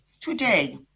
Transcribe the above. today